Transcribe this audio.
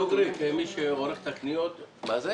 כמי שעורך את הקניות בבית,